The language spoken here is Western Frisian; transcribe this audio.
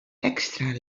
ekstra